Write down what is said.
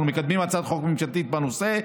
אנחנו מקדמים הצעת חוק ממשלתית בנושא,